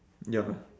ya lah